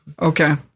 okay